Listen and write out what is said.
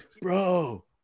bro